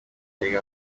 erega